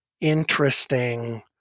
interesting